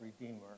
Redeemer